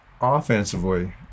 offensively